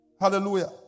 Hallelujah